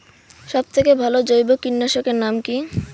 সব থেকে ভালো জৈব কীটনাশক এর নাম কি?